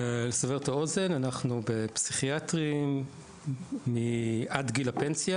כדי לסבר את האוזן, פסיכיאטרים עד גיל הפנסיה